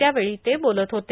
त्यावेळी ते बोलत होते